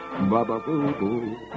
ba-ba-boo-boo